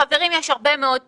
חברים, יש הרבה מאוד פתרונות.